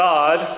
God